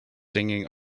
singing